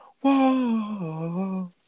whoa